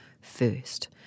first